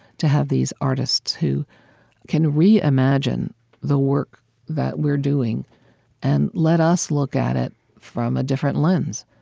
to have these artists who can reimagine the work that we're doing and let us look at it from a different lens,